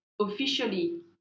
officially